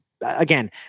Again